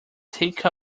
take